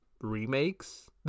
remakes